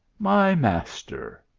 my master!